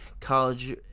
college